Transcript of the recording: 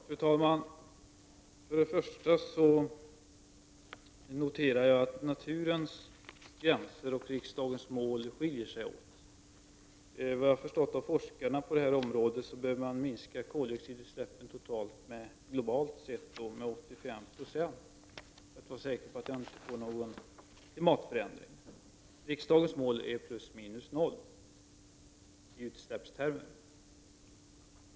Fru talman! Till att börja med noterar jag att naturens gränser och riksdagens mål skiljer sig åt. Efter vad jag förstått av forskarna på detta område bör man globalt minska koldioxidutsläppen med totalt 85 96 för att vara säker på att vi inte skall få någon klimatförändring. Riksdagens mål är plus minus noll i utsläppstermer.